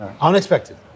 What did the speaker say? Unexpected